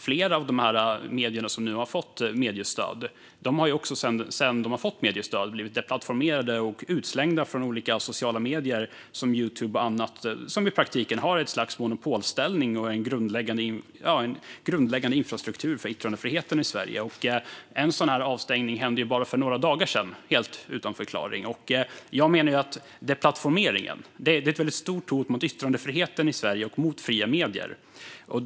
Flera medier har sedan de fick mediestöd blivit deplattformerade och utslängda från olika sociala medier, som Youtube och andra som i praktiken har ett slags monopolställning och är en grundläggande infrastruktur för yttrandefriheten i Sverige. En sådan avstängning skedde för bara några dagar sedan, helt utan förklaring. Jag menar att deplattformeringen är ett väldigt stort hot mot yttrandefriheten i Sverige och mot fria medier.